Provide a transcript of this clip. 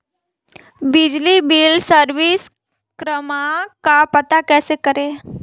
बिजली bill service क्रमांक का पता कैसे करें?